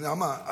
נעמה,